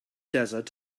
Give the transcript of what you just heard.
desert